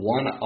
One